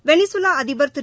Venezuela அதிபா் திரு